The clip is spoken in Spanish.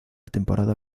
temporada